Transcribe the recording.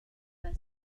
best